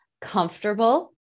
comfortable